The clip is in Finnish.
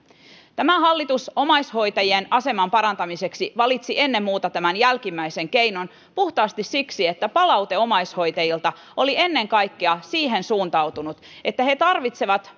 tämä hallitus valitsi omaishoitajien aseman parantamiseksi ennen muuta tämän jälkimmäisen keinon puhtaasti siksi että palaute omaishoitajilta oli ennen kaikkea siihen suuntautunut että he tarvitsevat